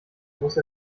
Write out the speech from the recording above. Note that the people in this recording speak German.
muss